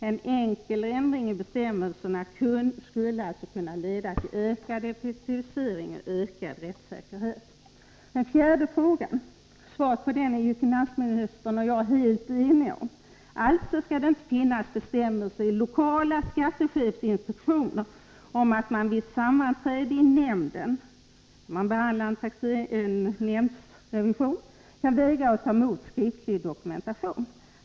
En enkel ändring i bestämmelserna skulle kunna leda till ökad effektivisering och ökad rättssäkerhet. Svaret på den fjärde frågan är finansministern och jag helt eniga om. Det skall alltså inte i lokala skattechefsinstruktioner finnas betstämmelser om att man vid sammanträde i nämnden, när man behandlar en nämndrevision, kan vägra att ta emot skriftlig dokumentation.